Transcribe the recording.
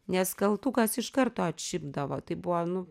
nes kaltukas iš karto atšipdavo tai buvo nu